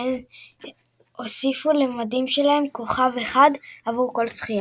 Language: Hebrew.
והן הוסיפו למדים שלהן כוכב אחד עבור כל זכייה.